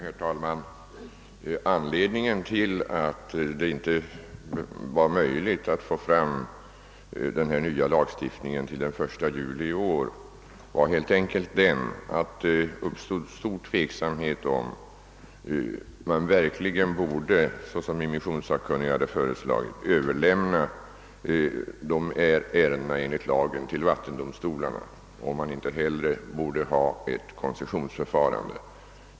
Herr talman! Anledningen till att det inte var möjligt att få fram den här nya lagstiftningen till den 1 juli i år var att det uppstod stor tveksamhet om man verkligen, såsom immissionssakkunniga hade föreslagit, borde överlämna ifrågavarande ärenden enligt immisionslagen till vattendomstolarna eller om man inte hellre borde tillämpa ett koncessionsförfarande.